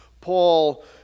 Paul